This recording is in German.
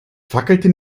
fackelte